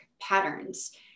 patterns